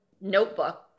notebook